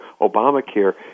Obamacare